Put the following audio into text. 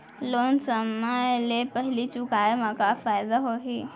Loan समय ले पहिली चुकाए मा का फायदा होही?